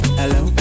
hello